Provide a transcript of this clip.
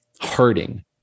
hurting